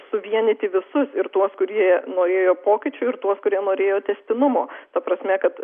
suvienyti visus ir tuos kurie norėjo pokyčių ir tuos kurie norėjo tęstinumo ta prasme kad